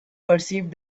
perceived